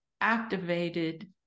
activated